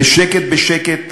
בשקט בשקט,